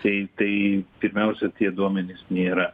tai tai pirmiausia tie duomenys nėra